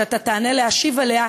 כשאתה תעלה להשיב עליה,